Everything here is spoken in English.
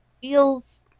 feels